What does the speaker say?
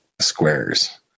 squares